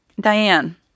Diane